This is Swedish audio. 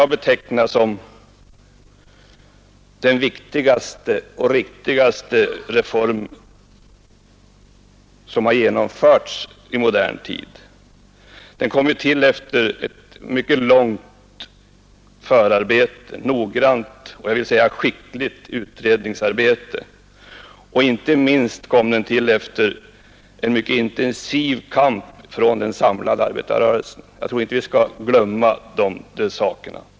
ATP-reformen är den viktigaste och riktigaste reform som genomförts i modern tid. Den kom till efter ett mycket långt, noggrant och skickligt utredningsarbete. Reformen föregicks av en mycket intensiv kamp från den samlade arbetarrörelsen. Vi skall inte glömma dessa fakta.